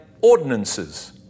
ordinances